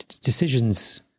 decisions